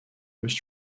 worse